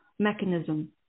mechanism